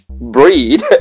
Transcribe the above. Breed